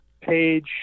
page